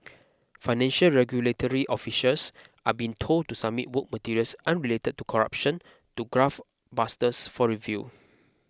financial regulatory officials are being told to submit work materials unrelated to corruption to graft busters for review